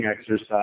exercise